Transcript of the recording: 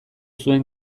zuen